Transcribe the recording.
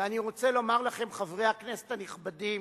ואני רוצה לומר לכם, חברי הכנסת הנכבדים: